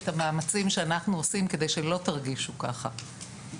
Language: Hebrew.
את המאמצים שאנחנו עושים כדי שלא תרגישו ככה.